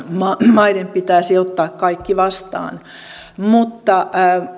maiden pitäisi ottaa kaikki vastaan niin